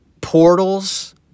portals